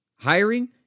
Hiring